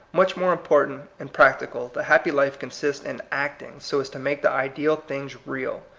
much more important and prac tical, the happy life consists in acting so as to make the ideal things real.